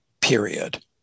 period